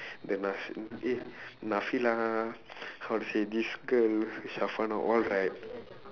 then eh how to say this girl all right